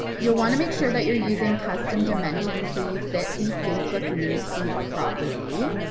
you'll want to make sure that you're using custom dimensions so you fit the facebook newsfeed properly.